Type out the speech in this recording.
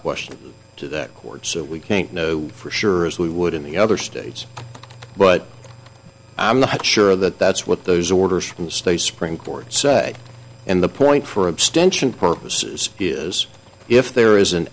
question to that court so we can't know for sure as we would in the other states but i'm not sure that that's what those orders from the state supreme court say and the point for abstention purposes is if there is an